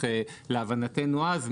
להבנתנו אז,